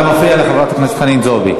אתה מפריע לחברת הכנסת חנין זועבי.